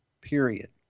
period